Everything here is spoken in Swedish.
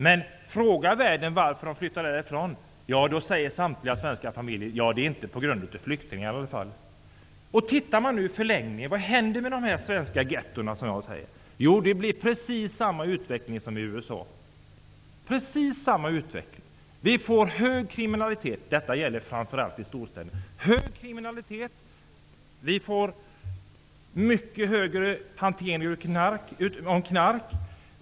Men om värden frågar varför de flyttar därifrån säger samtliga svenska familjer att det inte är på grund av flyktingarna. Vad händer då i förlängningen med de här svenska gettona? Jo, det blir precis samma utveckling som i USA. Vi får hög kriminalitet, framför allt i storstäder. Vi får en mycket mer omfattande hantering av knark.